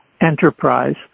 enterprise